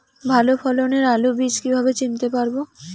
ভালো ফলনের আলু বীজ কীভাবে চিনতে পারবো?